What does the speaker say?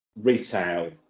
retail